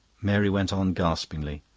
mary went on gaspingly.